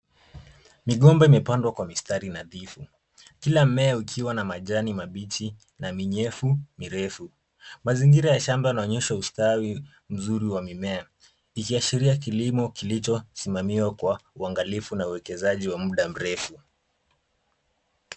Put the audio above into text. Migomba imepandwa kwa mistari nadhifu. Kila mmea ukiwa na majani mabichi na minyefu mirefu. Mazingira ya shamba yanaonyesha ustawi mzuri wa mimea ikiashiria kilimo kilichosimamiwa kwa uangalifu na uekezaji wa muda mrefu.